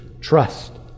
trust